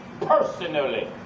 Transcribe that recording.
personally